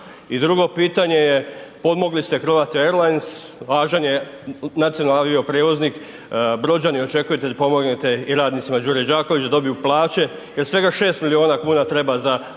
drugo pitanje pomogli ste Croatia Airlines, važan je nacionalni avio prijevoznik, brođani očekuju da pomognete i radnicima Đure Đakovića da dobiju plaće jer svega 6 miliona kuna treba za